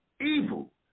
evil